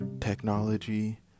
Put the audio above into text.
Technology